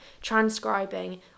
transcribing